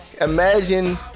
imagine